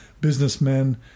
businessmen